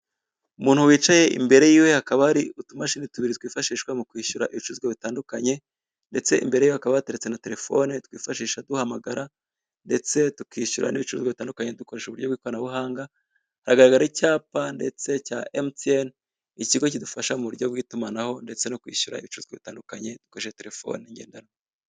Umuntu wicaye imbere yiwe hakaba hari utumashini tubiri twifashishwa mu kwishyura ibicuruzwa bitandukanye, ndetse imbere ye hakaba hateretse na telephone twifashisha duhamagara ndetse tukishyura n'ibicuruzwa bitandukanye dukoresheje uburyo bw'ikoranabuhanga, hagaragara icyapa ndetse cya MTN, ikigo kidufasha mu buryo bw'itumanaho ndetse no kwishyura ibicuruzwa dukoresheje telephone ngendanwa.